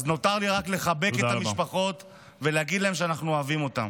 אז נותר לי רק לחבק את המשפחות ולהגיד להן שאנחנו אוהבים אותן.